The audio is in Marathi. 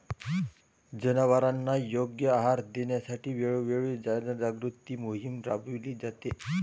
जनावरांना योग्य आहार देण्यासाठी वेळोवेळी जनजागृती मोहीम राबविली जाते